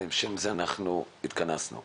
ולשם כך התכנסנו.